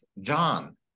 John